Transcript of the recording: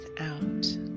out